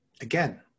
again